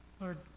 lord